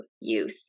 youth